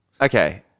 Okay